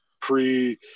pre